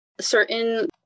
Certain